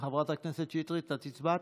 חברת הכנסת שטרית, את הצבעת?